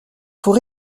pour